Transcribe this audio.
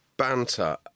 banter